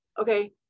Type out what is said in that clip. okay